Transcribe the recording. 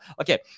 okay